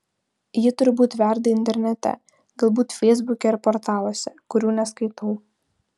ji turbūt verda internete galbūt feisbuke ar portaluose kurių neskaitau